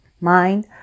mind